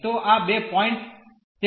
તો આ બે પોઈન્ટ છે